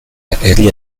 herri